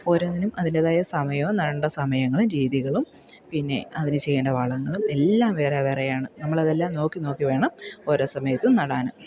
ഇപ്പോരോന്നിനും അതിൻ്റേതായ സമയവും നടേണ്ട സമയങ്ങളും രീതികളും പിന്നെ അതിൽ ചെയ്യേണ്ട വളങ്ങളും എല്ലാം വേറെ വേറെയാണ് നമ്മളതെല്ലാം നോക്കി നോക്കി വേണം ഓരോ സമയത്തും നടാൻ